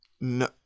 no